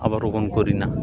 আবার রোপণ করি না